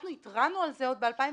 אנחנו התרענו על זה עוד ב-2012.